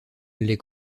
les